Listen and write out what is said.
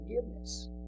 forgiveness